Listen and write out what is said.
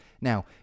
Now